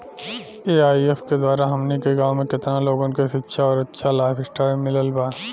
AIF के द्वारा हमनी के गांव में केतना लोगन के शिक्षा और अच्छा लाइफस्टाइल मिलल बा